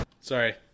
sorry